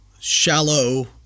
shallow